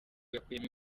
yakuyemo